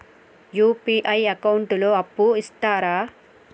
UPI account లో అప్పు ఇస్తరా?